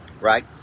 right